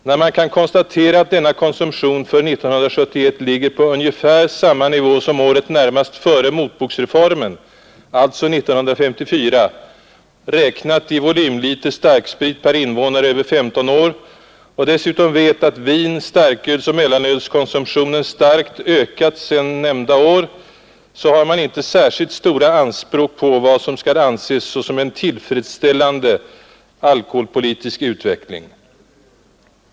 När man kan konstatera att denna konsumtion för 1971 ligger på ungefär samma nivå som året närmast före motboksreformen — alltså 1954 — räknat i volymliter starksprit per invånare över 15 år och dessutom vet att vin-, starkölsoch mellanölskonsumtionen starkt ökat sedan nämnda år, har man inte särskilt stora anspråk på vad som skall anses som en tillfredsställande alkoholpolitisk utveckling.